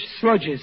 Sludge's